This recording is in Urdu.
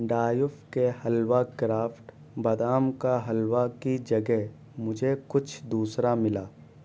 ڈایوؤ کے حلوہ کرافٹ بادام کا حلوہ کی جگہ مجھے کچھ دوسرا ملا